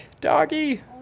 Doggy